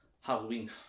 Halloween